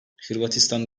hırvatistan